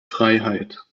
freiheit